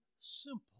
simple